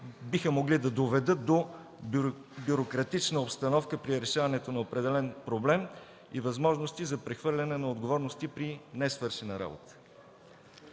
биха могли да доведат до бюрократична обстановка при решаването на определен проблем и възможности за прехвърляне на отговорности при несвършена работа.